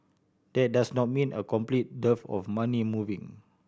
that does not mean a complete dearth of money moving